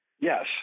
Yes